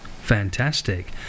Fantastic